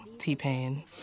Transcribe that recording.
t-pain